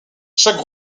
chaque